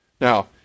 Now